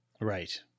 Right